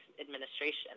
administration